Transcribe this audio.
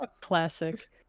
Classic